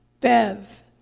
Bev